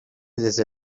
desde